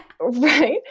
Right